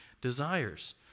desires